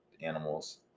animals